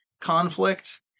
conflict